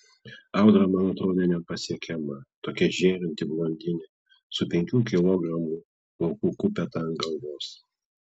audra man atrodė nepasiekiama tokia žėrinti blondinė su penkių kilogramų plaukų kupeta ant galvos